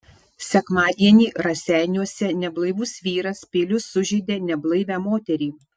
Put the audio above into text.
sekmadienį raseiniuose neblaivus vyras peiliu sužeidė neblaivią moterį